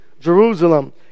Jerusalem